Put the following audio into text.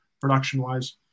production-wise